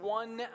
one